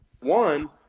one